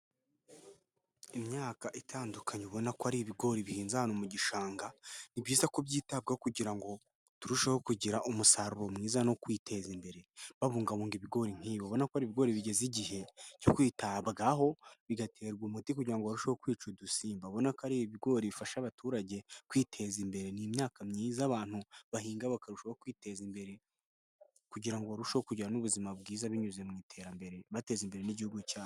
Imyaka itandukanye ubona ko ari ibigori bihinze ahantu mu gishanga. Ni byiza ko byitabwaho kugira ngo turusheho kugira umusaruro mwiza no kwiteza imbere, babungabunga ibigori nk'ibi. Urabona ko ari ibigori bigeze igihe cyo kwitabwaho, bigaterwa umuti, kugira ngo barusheho kwica udusimba. Urabona ko ari ibigori bifasha abaturage kwiteza imbere. Ni imyaka myiza abantu bahinga bakarushaho kwiteza imbere, kugira ngo barusheho kugira ubuzima bwiza, binyuze mu iterambere, bateza imbere n'igihugu cyabo.